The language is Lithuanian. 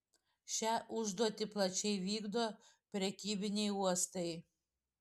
šią užduotį plačiai vykdo prekybiniai uostai